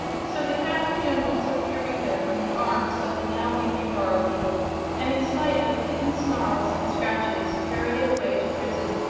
so the captain-general took eureka from the arms of the now weeping dorothy and in spite of the kitten's snarls and scratches carried it away to prison.